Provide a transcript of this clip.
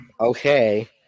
okay